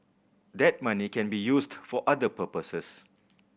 that money can be used for other purposes